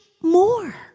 more